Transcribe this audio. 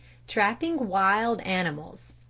trapping wild animals